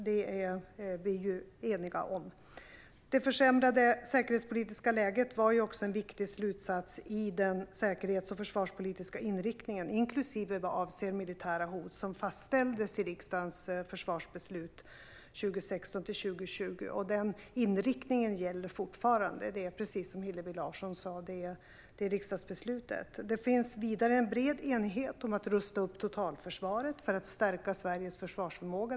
Det försämrade säkerhetspolitiska läget, även vad avser militära hot, var också en viktig slutsats i den säkerhets och försvarspolitiska inriktningen, som fastställdes genom riksdagens försvarsbeslut för 2016-2020. Den inriktningen och det riksdagsbeslutet gäller fortfarande, precis som Hillevi Larsson sa. Det finns vidare en bred enighet om att rusta upp totalförsvaret för att stärka Sveriges försvarsförmåga.